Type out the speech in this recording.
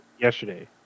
Yesterday